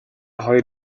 хоёр